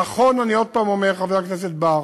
נכון, אני עוד פעם אומר, חבר הכנסת בר,